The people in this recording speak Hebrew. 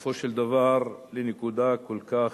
בסופו של דבר לנקודה כל כך,